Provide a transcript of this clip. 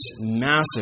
massive